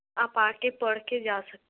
आप आकर पढ़कर जा सकते